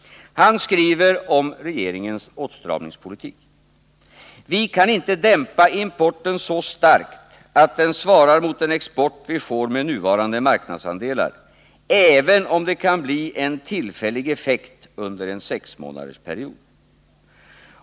Han skriver om regeringens åtstramningspolitik: ”Vi kan inte dämpa importen så starkt att den svarar mot den export vi får med nuvarande marknadsandelar, även om det kan bli en tillfällig effekt under en sexmånadersperiod”.